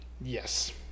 yes